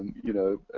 you know,